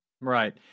Right